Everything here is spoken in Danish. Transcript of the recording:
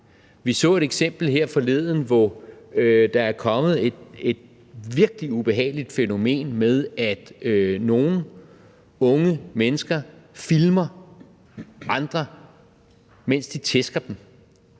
Vi så et eksempel her forleden. Der er kommet et virkelig ubehageligt fænomen med, at nogle unge mennesker filmer andre, mens de tæsker dem